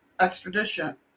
extradition